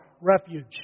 Refuge